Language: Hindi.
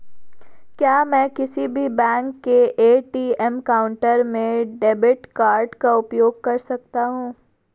क्या मैं किसी भी बैंक के ए.टी.एम काउंटर में डेबिट कार्ड का उपयोग कर सकता हूं?